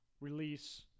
release